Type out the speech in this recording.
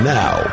now